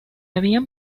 habían